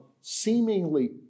seemingly